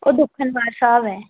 ਉਹ ਦੂਖਨਿਵਾਰਣ ਸਾਹਿਬ ਹੈ